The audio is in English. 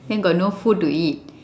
then got no food to eat